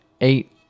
eight